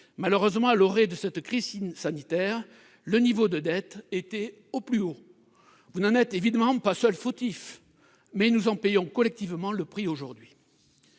Malheureusement, à l'orée de cette crise sanitaire, le niveau de la dette était au plus haut ; vous n'en êtes évidemment pas seuls fautifs, mais nous en payons collectivement le prix aujourd'hui.